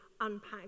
unpack